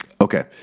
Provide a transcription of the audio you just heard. Okay